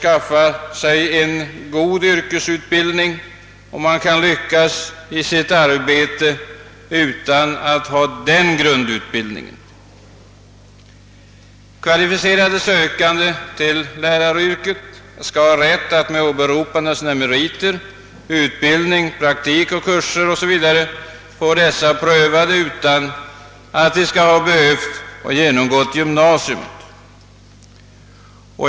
Många lärare kan säkert i sin yrkesverksamhet lyckas i sitt arbete utan att ha denna grundutbildning. Kvalificerade sökande till läraryrket skall ha rätt att få sina meriter — utbildning, praktik, kurser, 0. s. v. — prövade utan att de skall ha behövt genomgå gymnasium.